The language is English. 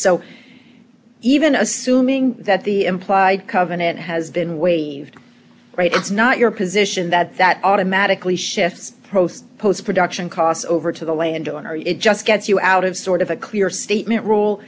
assuming that the implied covenant has been waived right it's not your position that that automatically shifts post post production costs over to the landowner it just gets you out of sort of a clear statement role